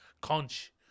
conch